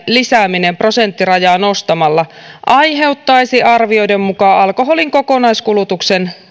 lisääminen prosenttirajaa nostamalla aiheuttaisi arvioiden mukaan alkoholin kokonaiskulutuksen